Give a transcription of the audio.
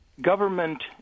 government